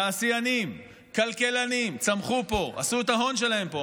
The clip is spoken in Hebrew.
תעשיינים וכלכלנים שצמחו פה ועשו את ההון שלהם פה,